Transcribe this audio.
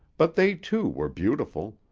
but they too were beautiful,